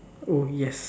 oh yes